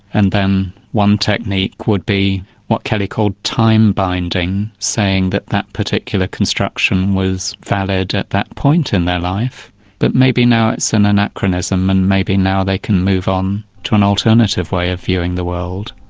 and then one technique would be what kelly called time binding, saying that that particular construction was valid at that point in their life but maybe now it's an anachronism and maybe now they can move on to an alternative way of viewing the world.